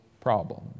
problem